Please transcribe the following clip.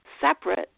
separate